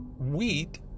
wheat